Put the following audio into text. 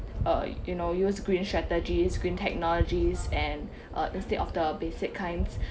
uh you know use green strategies green technologies and uh instead of the basic kinds